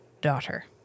daughter